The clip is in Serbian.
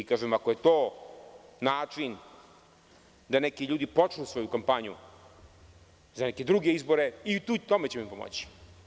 Ako je to način da neki ljudi počnu svoju kampanju za neke druge izbore i u tome ćemo im pomoći.